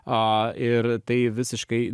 a ir tai visiškai